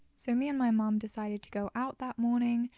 so me and my mum decided to go out that morning.